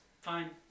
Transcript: fine